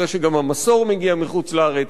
אחרי שגם המסור מגיע מחוץ-לארץ,